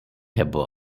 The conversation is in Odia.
ହେବ